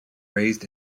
raised